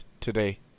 today